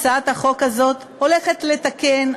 הצעת החוק הזאת הולכת לתקן,